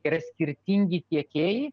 yra skirtingi tiekėjai